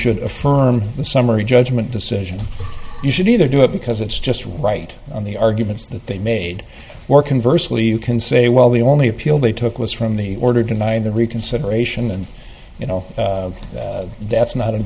should affirm the summary judgment decision you should either do it because it's just right on the arguments that they made or converse will you can say well the only appeal they took was from the order tonight and the reconsideration and you know that's not an